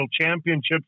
Championships